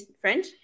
French